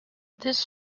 this